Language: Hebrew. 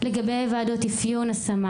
לגבי ועדות אפיון והשמה